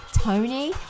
Tony